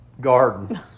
garden